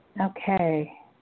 Okay